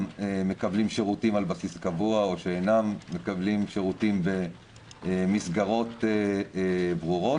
מקבלים שירותים על בסיס קבוע או שאינם מקבלים שירותים במסגרות ברורות,